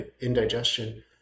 indigestion